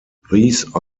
these